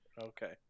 Okay